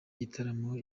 gitaramo